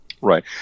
Right